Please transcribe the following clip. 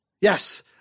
Yes